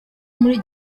muri